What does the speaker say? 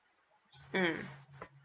mm